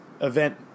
event